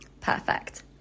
Perfect